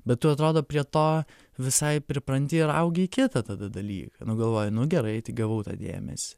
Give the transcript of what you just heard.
bet tu atrodo prie to visai pripranti ir augi į kitą tada dalyką nu galvoju nu gerai tai gavau tą dėmesį